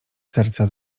serca